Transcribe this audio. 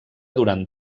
durant